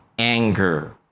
Anger